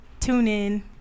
TuneIn